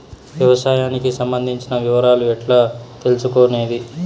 వ్యవసాయానికి సంబంధించిన వివరాలు ఎట్లా తెలుసుకొనేది?